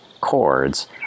chords